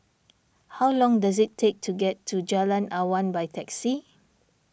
how long does it take to get to Jalan Awan by taxi